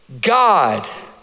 God